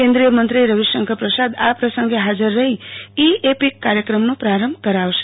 કન્દ્રીય મંત્રી રવિશંકર પ્રસાદ આ પ્રસંગે હાજર રહી ઈ એપિક કાર્યકમનો પ્રારંભ કરાવશે